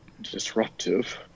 disruptive